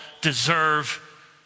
deserve